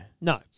No